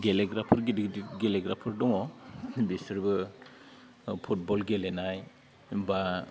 गेलेग्राफोर गिदिर गिदिर गेलेग्राफोर दङ बिसोरबो फुटबल गेलेनाय बा